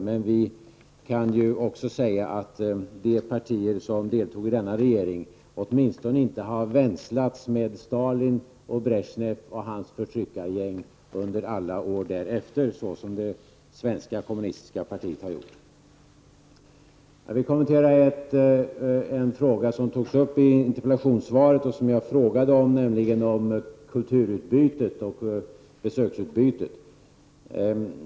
Men vi kan ju också säga att de partier som deltog i denna regering åtminstone inte har vänslats med Stalin och Bresjnev och hans förtryckargäng under alla år därefter, så som det svenska kommunistiska partiet har gjort. Jag vill kommentera en fråga som berördes i interpellationssvaret och som jag frågade om, nämligen frågan om kulturutbytet och besöksutbytet.